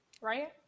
right